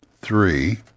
three